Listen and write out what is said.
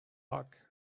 rock